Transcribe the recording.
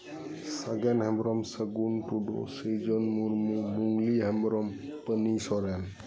ᱥᱟᱜᱮᱱ ᱦᱮᱢᱵᱨᱚᱢ ᱥᱟᱹᱜᱩᱱ ᱴᱩᱰᱩ ᱥᱤᱡᱚᱱ ᱢᱩᱨᱢᱩ ᱢᱩᱝᱞᱤ ᱦᱮᱢᱵᱨᱚᱢ ᱯᱟᱱᱤ ᱥᱚᱨᱮᱱ